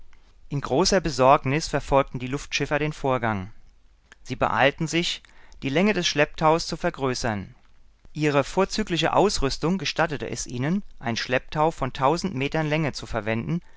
in großer besorgnis verfolgten die luftschiffer den vorgang sie beeilten sich die länge des schlepptaus zu vergrößern ihre vorzügliche ausrüstung gestattete ihnen ein schlepptau von tausend metern länge zu verwenden